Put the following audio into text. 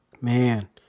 Man